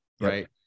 right